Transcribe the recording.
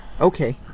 Okay